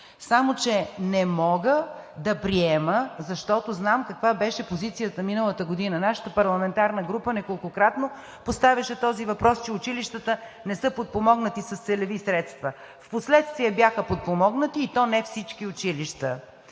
Само че не мога да го приема, защото знам каква беше позицията миналата година. Нашата парламентарна група неколкократно поставяше въпроса, че училищата не са подпомогнати с целеви средства. Впоследствие бяха подпомогнати, но не всички училища,